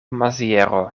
maziero